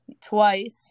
Twice